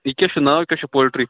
یہِ کیاہ چھُو ناو کیاہ چھُو پولٹرٛی